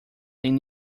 têm